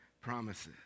promises